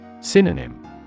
Synonym